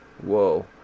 whoa